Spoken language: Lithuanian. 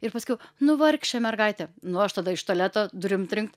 ir paskiau nu vargšė mergaitė nu aš tada iš tualeto durim trinkt